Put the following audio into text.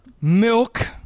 milk